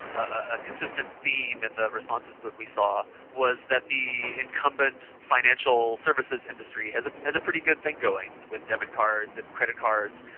a consistent theme in the responses that we saw was that the incumbent financial services industry has a pretty good thing going with debit cards and credit cards.